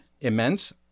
immense